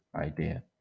idea